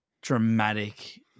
dramatic